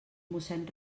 mossén